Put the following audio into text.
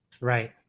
Right